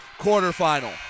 quarterfinal